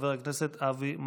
חבר הכנסת אבי מעוז.